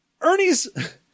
ernie's